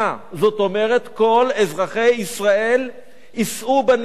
זאת אומרת, כל אזרחי ישראל יישאו בנטל.